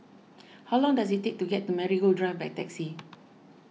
how long does it take to get to Marigold Drive by taxi